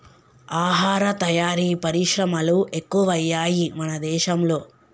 ఆహార తయారీ పరిశ్రమలు ఎక్కువయ్యాయి మన దేశం లో